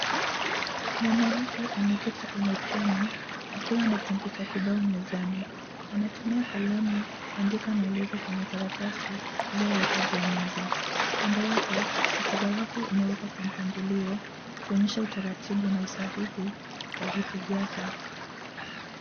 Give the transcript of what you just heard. Mwanamke ameketi kwenye treni, akiwa na kompyuta kibao mezani. Anatumia kalamu kuandika maelezo kwenye karatasi iliowekwa juu ya meza. Kando yake, mkoba wake umewekwa kwa mpangilio ikionyesha utaratibu na usahihi wa vitu vyake.